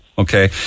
Okay